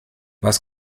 was